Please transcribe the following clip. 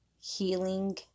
healing